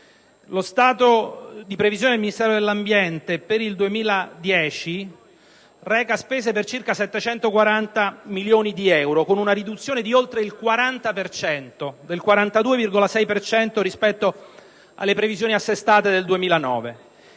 Lo stato di previsione del Ministero dell'ambiente per il 2010 reca spese per circa 740 milioni di euro, con una riduzione del 42,6 per cento rispetto alle previsioni assestate del 2009.